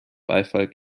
beifall